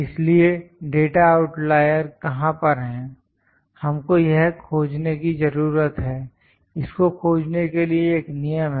इसलिए data outlier कहां पर है हमको यह खोजने की जरूरत है इस को खोजने के लिए एक नियम है